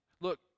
Look